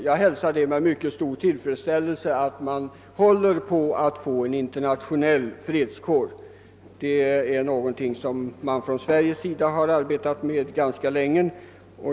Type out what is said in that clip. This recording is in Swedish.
Jag hälsar med mycket stor tillfredsställelse att man nu håller på att få en internationell fredskår, ty det är någonting som vi i Sverige har arbetat för ganska länge.